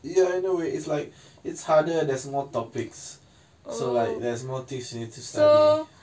ya I know it's like it's harder there's more topics so like there's more things you need to study